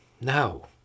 No